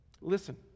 Listen